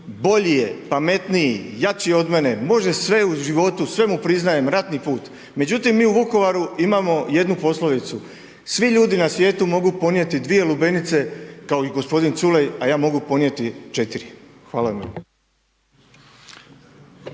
bolji je, pametniji, jači od mene, može sve u životu, sve mu priznajem, ratni put međutim mi u Vukovaru imamo jednu poslovicu svi ljudi na svijetu mogu ponijeti dvije lubenice kao i gospodin Culej a ja mogu podnijeti četiri. Hvala vam